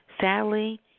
Sadly